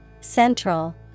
Central